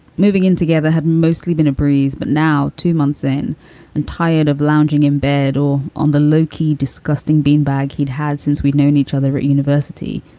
moving in together had mostly been a breeze. but now, two months in and tired of lounging in bed or on the low key, disgusting beanbag he'd had since we've known each other at university.